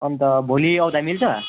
अन्त भोलि आउँदा मिल्छ